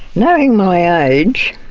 knowing my age,